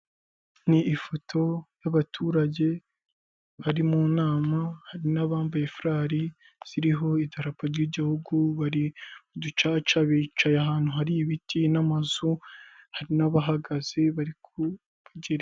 Ni ifoto y'abaturage bari mu nama, hari n'abambaye furari ziriho iterapa ry'igihugu, bari mu ducaca bicaye ahantu hari ibiti n'amazu, hari n'abahagaze bari ku kugira.